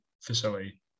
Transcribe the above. facility